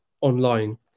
online